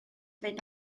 fynd